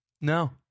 No